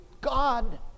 God